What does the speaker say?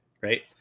right